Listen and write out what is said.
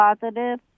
positive